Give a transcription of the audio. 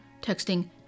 texting